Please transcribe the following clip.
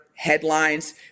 headlines